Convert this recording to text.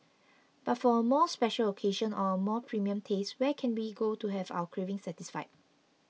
but for a more special occasion or a more premium taste where can we go to have our craving satisfied